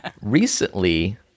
Recently